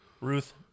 Ruth